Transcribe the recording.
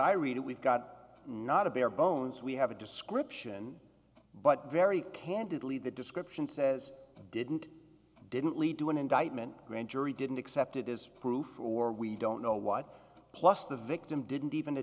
i read it we've got not a bare bones we have a description but very candidly the description says didn't didn't lead to an indictment grand jury didn't accept it is proof or we don't know what plus the victim didn't even a